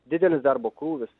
didelis darbo krūvis